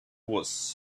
was